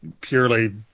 purely